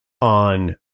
on